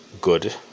good